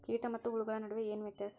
ಕೇಟ ಮತ್ತು ಹುಳುಗಳ ನಡುವೆ ಏನ್ ವ್ಯತ್ಯಾಸ?